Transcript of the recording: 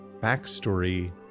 backstory